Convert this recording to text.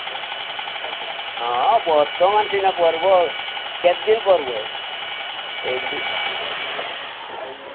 ହଁ ବର୍ତ୍ତମାନ ସିନା ପର୍ବ କେତେ ଦିନ ପର୍ବ